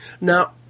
Now